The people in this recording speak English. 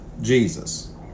Jesus